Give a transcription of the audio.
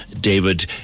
David